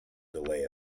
delay